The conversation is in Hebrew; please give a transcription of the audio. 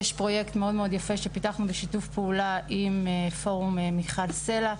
יש פרויקט מאוד מאוד יפה שפיתחנו בשיתוף פעולה עם פורום מיכל סלה,